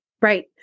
Right